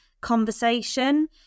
conversation